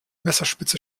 messerspitze